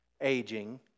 aging